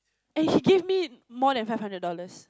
and he gave me more than five hundred dollars